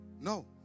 No